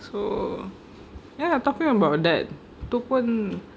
so ya talking about that tu pun